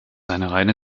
reine